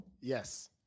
Yes